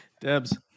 Debs